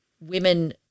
women